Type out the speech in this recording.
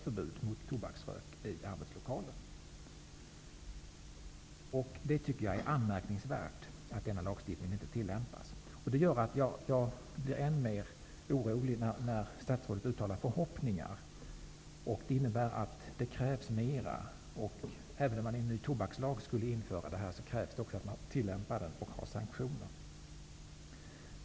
Jag tycker att det är anmärkningsvärt att denna lagstiftning inte tillämpas. Jag blir än mer orolig när statsrådet uttalar förhoppningar. Det krävs mer. Även om man i en ny tobakslag skulle införa liknande bestämmelser, krävs det att man tillämpar lagen och använder sig av sanktioner.